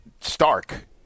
Stark